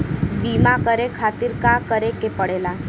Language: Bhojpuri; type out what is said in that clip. बीमा करे खातिर का करे के पड़ेला?